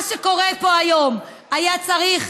מה שקורה פה היום היה צריך,